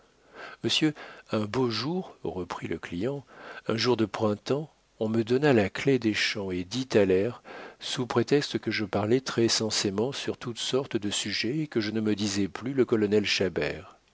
monsieur un beau jour reprit le client un jour de printemps on me donna la clef des champs et dix thalers sous prétexte que je parlais très sensément sur toutes sortes de sujets et que je ne me disais plus le colonel